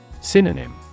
SYNONYM